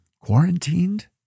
quarantined